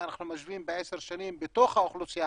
אם אנחנו משווים בעשר שנים בתוך האוכלוסייה,